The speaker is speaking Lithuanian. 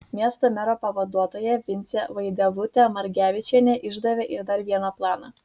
miesto mero pavaduotoja vincė vaidevutė margevičienė išdavė ir dar vieną planą